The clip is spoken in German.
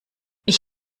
ich